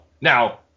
now